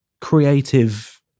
creative